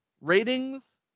ratings